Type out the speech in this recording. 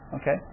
okay